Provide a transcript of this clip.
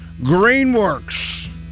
Greenworks